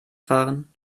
fahren